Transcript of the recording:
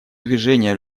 движения